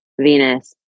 Venus